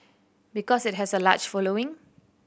because it has a large following